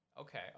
okay